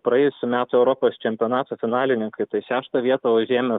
praėjusių metų europos čempionato finalininkai tai šeštą vietą užėmę